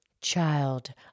Child